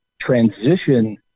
transition